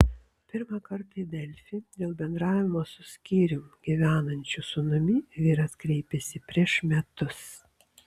pirmą kartą į delfi dėl bendravimo su skyrium gyvenančiu sūnumi vyras kreipėsi prieš metus